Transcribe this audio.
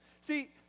See